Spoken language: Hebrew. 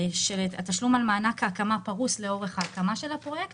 התשלום על מענק ההקמה פרוס לאורך ההקמה של הפרויקט